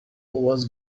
was